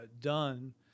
done